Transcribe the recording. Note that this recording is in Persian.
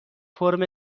فرم